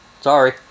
Sorry